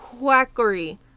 Quackery